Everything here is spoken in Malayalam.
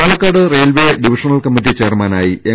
പാലക്കാട് റെയിൽവെ ഡിവിഷണൽ കമ്മറ്റി ചെയർമാനായി എം